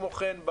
כמו כן,